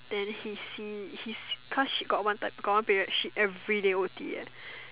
then he see he cause she got one time got one period she everyday O_T eh